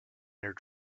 near